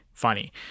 funny